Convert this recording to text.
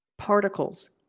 Particles